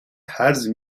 هرز